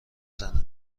زنه